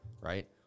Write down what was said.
right